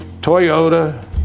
Toyota